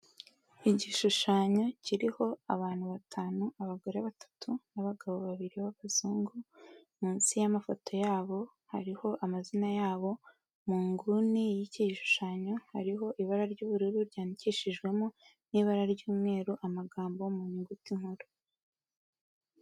Igishushanyo kiriho abantu batanu, abagore batatu n'abagabo babiri b'abazungu, munsi y'amafoto yabo hariho amazina yabo, mu nguni y'iki gishushanyo hariho ibara ry'ubururu ryandikishijwemo n'ibara ry'umweru, amagambo mu nyuguti nkuru.